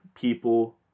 people